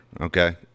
Okay